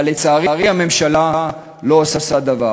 אבל לצערי הממשלה לא עושה דבר.